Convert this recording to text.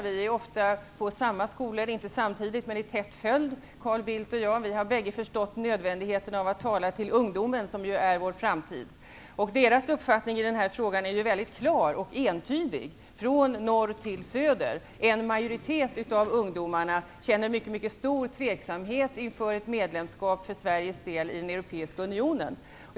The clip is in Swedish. Vi är ofta på samma skolor, inte samtidigt men i tät följd, Carl Bildt och jag. Vi har bägge förstått nödvändigheten av att tala till ungdomen, som ju är vår framtid. Elevernas uppfattning i den här frågan är väldigt klar och entydig, från norr till söder: en majoritet av ungdomarna känner mycket mycket stor tveksamhet inför ett medlemskap för Sveriges del i den Europeiska unionen.